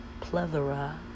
plethora